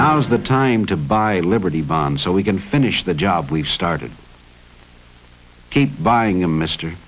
now's the time to buy liberty bonds so we can finish the job we've started keep buying him mister